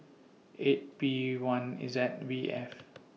eight P one Z V F